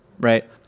right